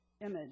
image